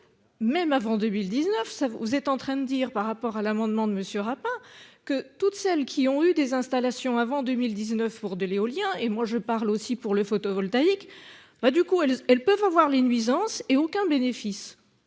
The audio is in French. même avant 2019 ça vous êtes en train de me dire par rapport à l'amendement de Monsieur Rapin que toutes celles qui ont eu des installations avant 2019 pour de l'éolien et moi je parle aussi pour le photovoltaïque. Bah du coup elles elles peuvent avoir les nuisances et aucun bénéfice.